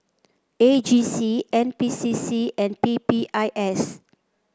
A G C N P C C and P P I S